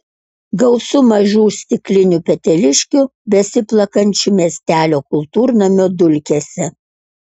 gausu mažų stiklinių peteliškių besiplakančių miestelio kultūrnamio dulkėse